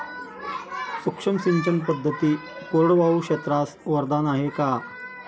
सूक्ष्म सिंचन पद्धती कोरडवाहू क्षेत्रास वरदान आहे का?